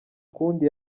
kundi